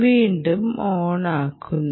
വീണ്ടും ഓൺ ആകുന്നു